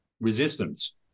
resistance